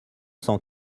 cent